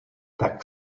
tak